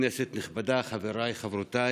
כנסת נכבדה, חבריי, חברותיי,